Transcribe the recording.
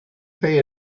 pay